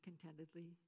contentedly